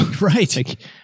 Right